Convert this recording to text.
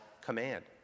command